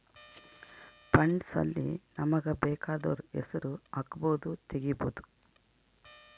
funds ಅಲ್ಲಿ ನಮಗ ಬೆಕಾದೊರ್ ಹೆಸರು ಹಕ್ಬೊದು ತೆಗಿಬೊದು